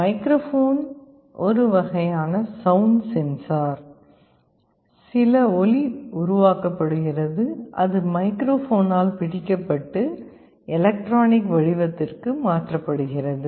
microphone ஒரு வகையான sound sensor சில ஒலி உருவாக்கப்படுகிறது அது மைக்ரோஃபோனால் பிடிக்கப்பட்டு அது எலக்ட்ரானிக் வடிவத்திற்கு மாற்றப்படுகிறது